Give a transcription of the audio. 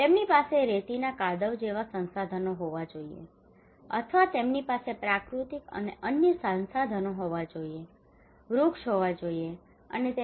અને તેમની પાસે રેતીના કાદવ જેવા સંસાધનો હોવા જોઈએ અથવા તેમની પાસે પ્રાકૃતિક અને અન્ય સંસાધનો હોવા જોઈએ અને વૃક્ષ હોવા જોઈએ અને તેનો ઉપયોગ કરવો જોઈએ